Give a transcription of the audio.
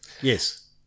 Yes